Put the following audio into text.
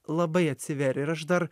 labai atsiverė ir aš dar